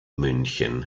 münchen